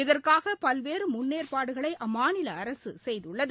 இதற்காக பல்வேறு முன்னேற்பாடுகளை அம்மாநில அரசு செய்துள்ளது